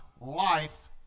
life